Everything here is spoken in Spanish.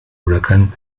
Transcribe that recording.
huracán